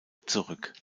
zurück